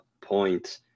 point